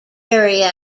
area